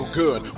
good